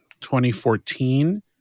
2014